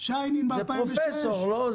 זה פרופסור לא?